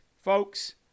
folks